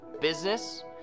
business